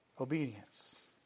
obedience